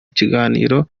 kiganiro